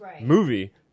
movie